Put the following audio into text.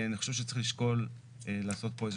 אני חושב צריך לשקול לעשות פה איזה